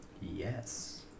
Yes